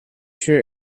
sure